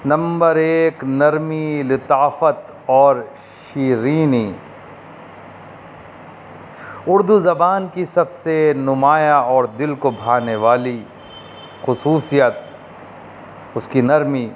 number ایک نرمی لطافت اور شیرینیی اردو زبان کی سب سے نمایاں اور دل کو بھانے والی خصوصیت اس کی نرمی